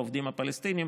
עובדים פלסטינים,